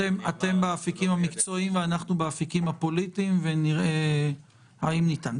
אתם באפיקים המקצועיים ואנחנו באפיקים הפוליטיים ונראה האם ניתן.